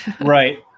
Right